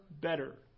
better